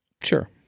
Sure